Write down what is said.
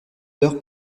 heures